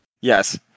Yes